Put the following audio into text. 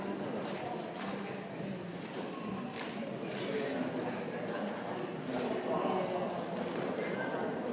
Hvala